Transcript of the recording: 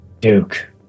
Duke